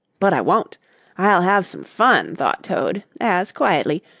but i won't i'll have some fun, thought toad, as quietly,